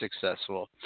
successful